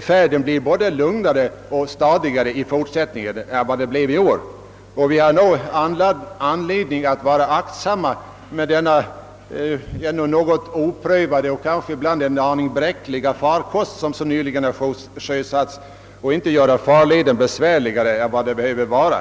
färden blir både lugnare och stadigare i fortsättningen än den blev i år. Vi har anledning att vara aktsamma med denna föga prövade och kanske ännu så länge en aning bräckliga farkost, som så nyligen sjösattes, och inte göra farleden besvärligare än den behöver vara.